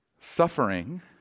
Suffering